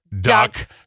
duck